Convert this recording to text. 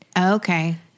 Okay